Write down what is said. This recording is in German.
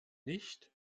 nicht